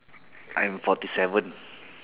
I'm forty seven